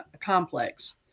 complex